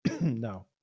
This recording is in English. No